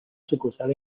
sucursal